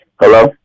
Hello